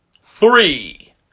three